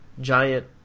giant